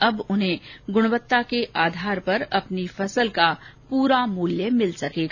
अब उन्हें गुणवत्ता के आधार पर फसल का पूरा मूल्य मिल सकेगा